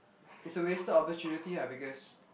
it's a wasted opportunity lah because